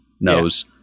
knows